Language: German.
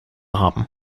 haben